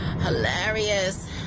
hilarious